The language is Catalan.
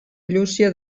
llúcia